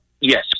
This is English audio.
Yes